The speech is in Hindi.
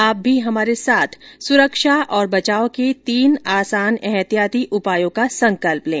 आप भी हमारे साथ सुरक्षा और बचाव के तीन आसान एहतियाती उपायों का संकल्प लें